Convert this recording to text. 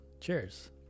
cheers